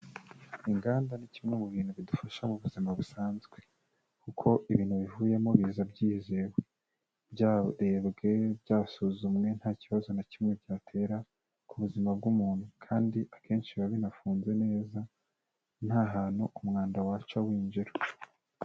Inganda ni kimwe mu bintu bidufasha mu buzima busanzwe, kuko ibintu bivuyemo biza byizewe, byarebwe byasuzumwe nta kibazo na kimwe cyatera ku buzima bw'umuntu, kandi akenshi biba binafunze neza nta hantu umwanda waca winjira.